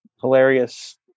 hilarious